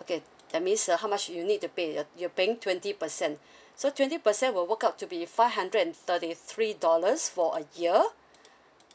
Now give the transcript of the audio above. okay that means uh how much you need to pay you're you're paying twenty percent so twenty percent will work out to be five hundred and thirty three dollars for a year